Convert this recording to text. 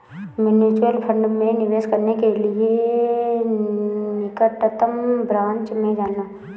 mutual fund में निवेश करने के लिए निकटतम ब्रांच में जाना